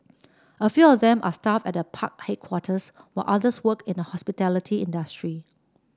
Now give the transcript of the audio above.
a few of them are staff at the park headquarters while others work in the hospitality industry